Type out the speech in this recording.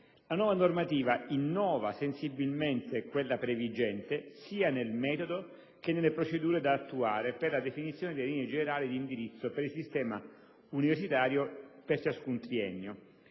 La nuova normativa innova sensibilmente quella previgente, sia nel metodo che nelle procedure da attuare per la definizione delle linee generali di indirizzo per il sistema universitario per ciascun triennio.